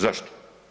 Zašto?